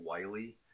Wiley